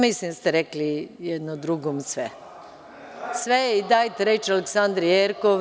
Mislim da ste rekli jedan drugom sve i dajte reč Aleksandri Jerkov.